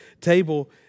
table